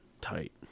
tight